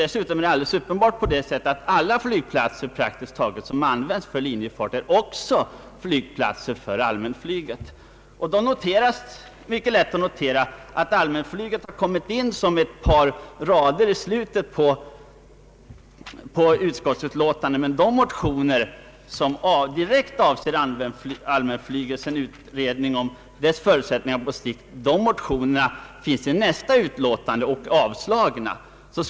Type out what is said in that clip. Dessutom är det alldeles uppenbart att praktiskt taget alla flygplatser som används för linjefart också utgör flygplatser för allmänflyget. Det finns anledning att notera att utskottet bara på ett par rader i slutet av utlåtandet berör allmänflyget. De motioner som direkt avser allmänflyget och en utredning om dess förutsättningar på sikt behandlas i nästa utlåtande och avslås där.